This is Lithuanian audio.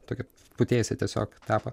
tokią putėsį tiesiog tepa